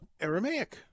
Aramaic